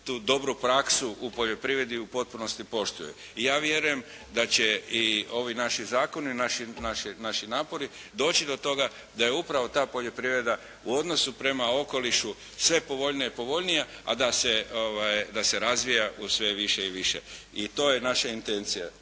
tu dobru praksu u poljoprivredi u potpunosti poštuje. I ja vjerujem da će ovi naši zakoni, naši napori doći do toga da je upravo ta poljoprivreda u odnosu prema okolišu sve povoljnija i povoljnija a da se razvija sve više i više. I to je naša intencija.